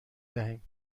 دهیم